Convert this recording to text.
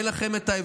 תגיד לי מה.